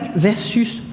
versus